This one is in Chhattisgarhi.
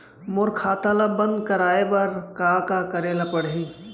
मोर खाता ल बन्द कराये बर का का करे ल पड़ही?